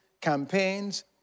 campaigns